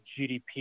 GDP